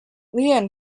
lyon